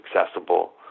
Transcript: accessible